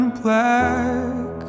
black